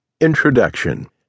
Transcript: introduction